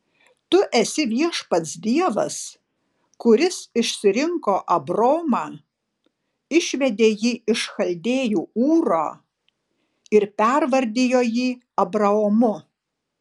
tu esi viešpats dievas kuris išsirinko abromą išvedė jį iš chaldėjų ūro ir pervardijo jį abraomu